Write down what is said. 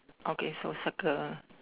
okay so circle ah